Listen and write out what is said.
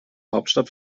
hauptstadt